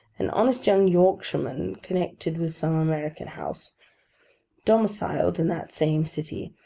an honest young yorkshireman, connected with some american house domiciled in that same city,